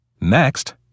Next